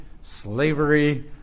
slavery